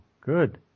good